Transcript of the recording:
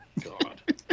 God